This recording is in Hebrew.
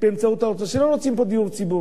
שלא רוצים פה דיור ציבורי,